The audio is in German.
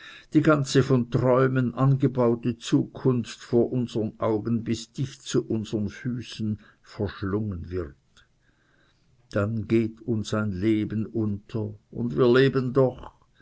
die ganze von träumen angebaute zukunft vor unsern augen bis dicht zu unsern füßen verschlungen wird dann geht uns ein leben unter und wir leben doch